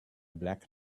black